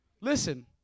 Listen